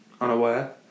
unaware